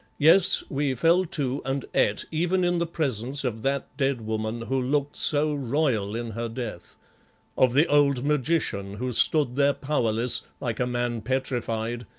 yes, we fell to and ate even in the presence of that dead woman who looked so royal in her death of the old magician who stood there powerless, like a man petrified,